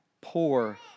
poor